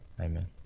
Amen